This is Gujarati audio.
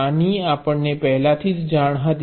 આની આપણને પહેલાથી જ જાણ હતી